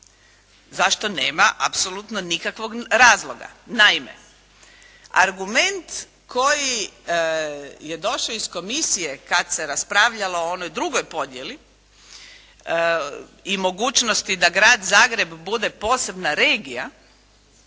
za što nema apsolutno nikakvog razloga. Naime, argument koji je došao iz komisije kada se raspravljalo o onoj drugoj podjeli i mogućnosti da Grad Zagreb bude posebna regija,